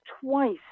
twice